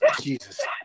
Jesus